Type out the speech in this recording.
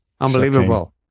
Unbelievable